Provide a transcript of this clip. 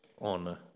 on